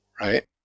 right